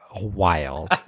wild